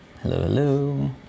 hello